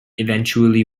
eventually